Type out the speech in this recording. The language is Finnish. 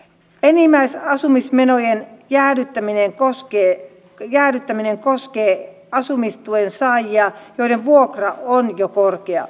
enimmäisasumismenojen jäädyttäminen koskee asumistuen saajia joiden vuokra on jo korkea